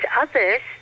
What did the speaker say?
others